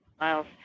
miles